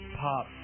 pop